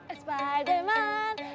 Spider-Man